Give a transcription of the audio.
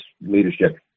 leadership